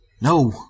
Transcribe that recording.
No